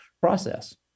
process